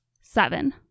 Seven